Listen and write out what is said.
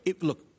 Look